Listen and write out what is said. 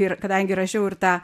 ir kadangi rašiau ir tą